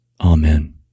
Amen